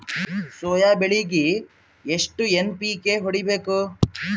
Soya ಬೆಳಿಗಿ ಎಷ್ಟು NPK ಹೊಡಿಬೇಕು?